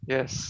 Yes